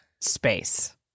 space